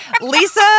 Lisa